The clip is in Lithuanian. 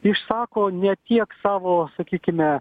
išsako ne tiek savo sakykime